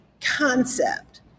concept